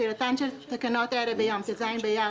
תחילתן של תקנות אלה ביום ט"ז באייר